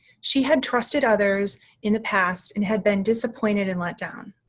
she had trusted others in the past and had been disappointed and let down.